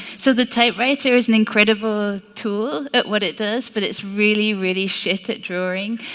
so the typewriter is an incredible tool at what it does but it's really really shit at drawing